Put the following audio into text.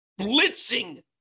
blitzing